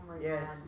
Yes